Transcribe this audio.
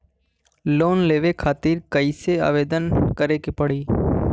Loan लेवे खातिर कइसे आवेदन करें के पड़ी?